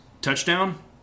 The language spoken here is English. touchdown